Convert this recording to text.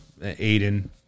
Aiden